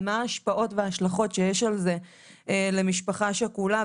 על מה ההשפעות וההשלכות שיש לזה על משפחה שכולה.